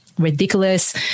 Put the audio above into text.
ridiculous